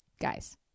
Guys